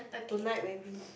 tonight maybe